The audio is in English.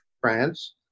France